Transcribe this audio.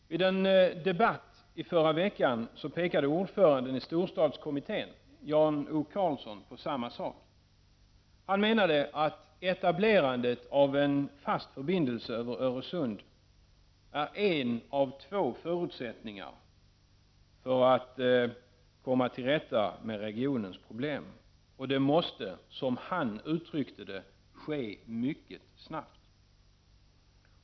Vid en debatt i förra veckan pekade ordföranden i Storstadskommittén, Jan O Karlsson, på samma sak. Han menade att etablerandet av en fast förbindelse över Öresund är en av två förutsättningar för att komma till rätta med regionens problem. Och det måste — som han uttryckte det — ”ske mycket snabbt”.